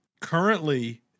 Currently